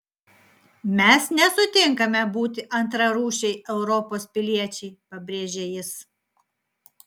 mes nesutinkame būti antrarūšiai europos piliečiai pabrėžė jis